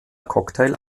cocktail